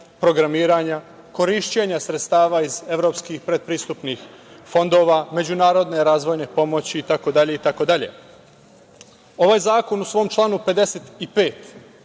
programiranja, korišćenja sredstava iz evropskih predprisupnih fondova, međunarodne razvojne pomoći, itd. Ovaj zakon u svom članu 55.